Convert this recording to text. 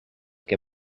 que